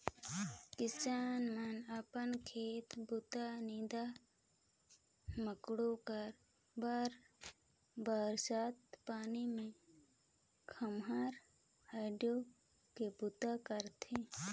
किसान मन अपन खेत बूता, नीदा मकोड़ा करे बर बरसत पानी मे खोम्हरा ओएढ़ के बूता करथे